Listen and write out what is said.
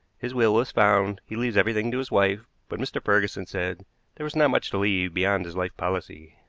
his will was found. he leaves everything to his wife, but mr. ferguson said there was not much to leave beyond his life policy.